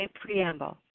Preamble